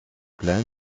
plain